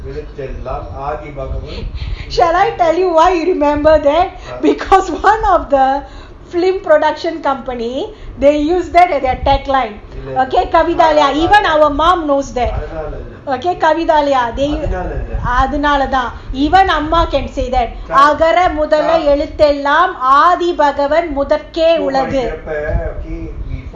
shall I tell you why you remember that because one of the film production companies they use that as their tag line okay Kavithalaya even our mum knows that Kavithalaya even அகரமுதலஎழுத்தெல்லாம்ஆதிபகவான்முதற்றேஉலகுமுதற்றேஉலகு:akara mudhala eluthellam aadhi bhagavan muthatre ulagu